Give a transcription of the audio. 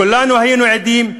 כולנו היינו עדים,